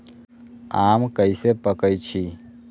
आम कईसे पकईछी?